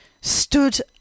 stood